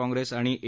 काँग्रेस आणि ए